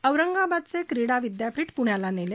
औरंगाबादचे क्रिडा विद्यापीठ पुण्याला नेले